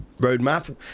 roadmap